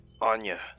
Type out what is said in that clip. Anya